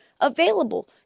available